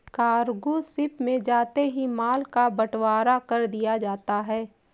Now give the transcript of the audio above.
cargo ship में जाते ही माल का बंटवारा कर दिया जाता है